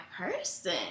person